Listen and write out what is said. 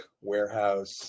warehouse